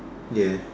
ya